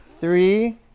three